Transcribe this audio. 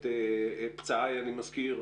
את פצעיי אני מזכיר,